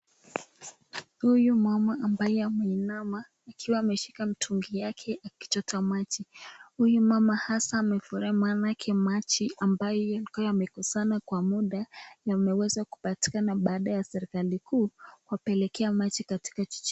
Huyu mama ambaye ameinama, akiwa ameshika mtungi yake akichota maji, huyu mama hasa amefurahi maanake maji ambayo amekusanya kwa muda yameweza kupatikana baada ya serikali kuu kuwapelekea maji katika jiji.